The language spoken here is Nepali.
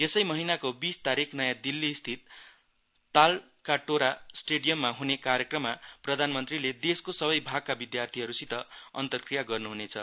यसै महिनाको बीस तारिक नयाँ दिल्लीस्थित तालकटोरा स्टेडीयममा ह्ने कार्यक्रममा प्रधानमन्त्रीले देशको सबै भागका विधार्थीहरूसित अन्तरक्रिया गर्न्ह्नेछ